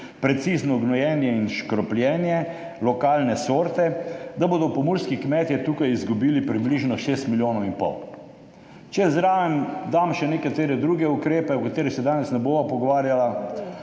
precizno gnojenje in škropljenje, lokalne sorte, izgubili približno 6 milijonov in pol. Če zraven dodam še nekatere druge ukrepe, o katerih se danes ne bova pogovarjala,